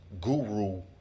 guru